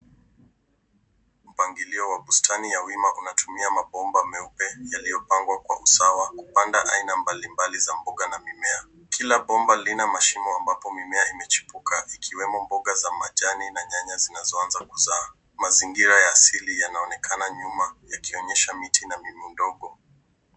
Mpangilio wa bustani ya wima inatumia mabomba meupe yaliyopangwa kwa usawa kupanda aina mbalimbali za mboga na mimea. Kila bomba lina mashimo ambapo mimea imechipuka ikiwemo mboga za majani na nyanya zinazoanza kuzaa. Mazingira ya asili yanaonekana nyuma yakionyesha miti na ni midogo.